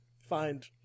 find